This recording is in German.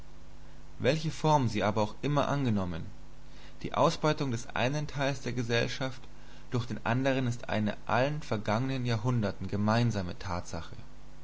welche form sie aber auch immer angenommen die ausbeutung des einen teils der gesellschaft durch den andern ist eine allen vergangenen jahrhunderten gemeinsame tatsache